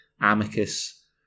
amicus